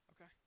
Okay